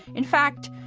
in fact,